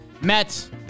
Mets